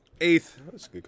Eighth